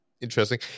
interesting